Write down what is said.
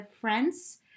friends